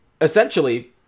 essentially